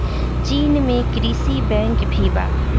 चीन में कृषि बैंक भी बा